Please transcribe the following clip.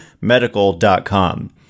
medical.com